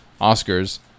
Oscars